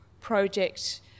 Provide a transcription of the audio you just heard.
project